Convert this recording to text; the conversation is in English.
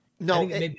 No